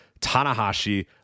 tanahashi